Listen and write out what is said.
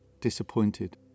disappointed